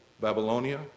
Babylonia